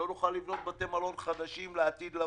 לא נוכל לבנות בתי מלון חדשים לעתיד לבוא.